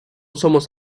somos